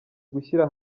gushyira